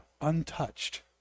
untouched